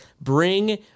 Bring